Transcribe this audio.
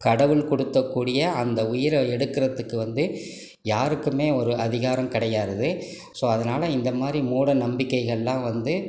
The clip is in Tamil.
கடவுள் குடுத்தக்கூடிய அந்த உயிரை எடுக்கறதுக்கு வந்து யாருக்குமே ஒரு அதிகாரம் கிடையாறது ஸோ அதனால் இந்தமாதிரி மூடநம்பிக்கைகள்லெலாம் வந்து